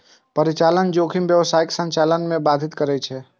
परिचालन जोखिम व्यावसायिक संचालन कें बाधित करै छै